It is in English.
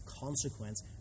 consequence